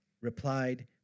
Replied